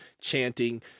chanting